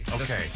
Okay